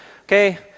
okay